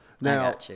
Now